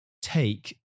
take